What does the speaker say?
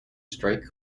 strike